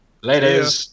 Ladies